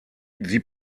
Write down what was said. sie